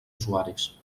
usuaris